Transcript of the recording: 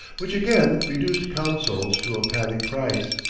which again reduced consols to a panic price.